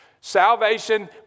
Salvation